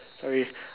sorry